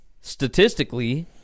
statistically